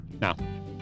Now